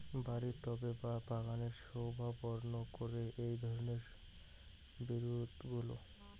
বাড়ির টবে বা বাগানের শোভাবর্ধন করে এই ধরণের বিরুৎগুলো